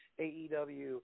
AEW